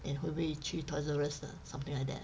and 会不会去 ToysRUs 的 something like that